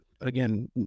again